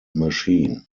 machine